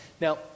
Now